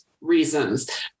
reasons